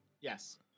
Yes